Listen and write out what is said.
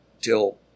till